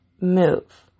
move